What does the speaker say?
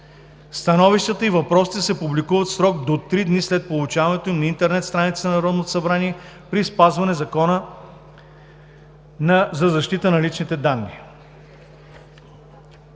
Становищата и въпросите се публикуват в срок до три дни след получаването им на интернет страницата на Народното събрание при спазване изискванията на Закона за защита на личните данни.